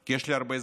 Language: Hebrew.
כי יש לי הרבה זמן.